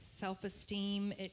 self-esteem